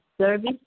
service